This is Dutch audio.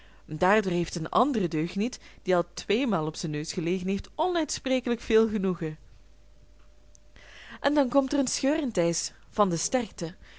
daardoor heeft een andere deugniet die al tweemaal op zijn neus gelegen heeft onuitsprekelijk veel genoegen en dan komt er een scheur in t ijs van de sterkte